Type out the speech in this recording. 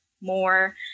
more